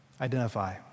Identify